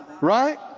right